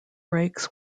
brakes